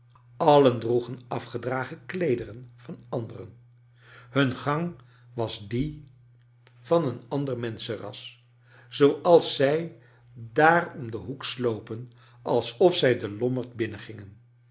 allen droegen afgedragen kleederen van anderen hun gang was die van een ander menschenras zooals zij daar om den hoek slopen alsof zij de lommerd